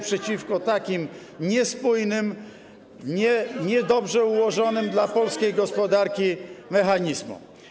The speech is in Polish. przeciwko takim niespójnym, niedobrze ułożonym dla polskiej gospodarki mechanizmom.